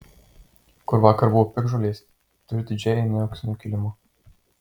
kur vakar buvo piktžolės tu išdidžiai eini auksiniu kilimu